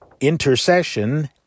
intercession